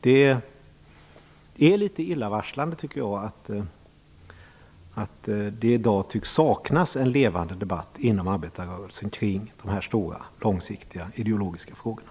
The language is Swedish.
Det är litet illavarslande att det i dag tycks saknas en levande debatt inom arbetarrörelsen kring de stora, långsiktiga ideologiska frågorna.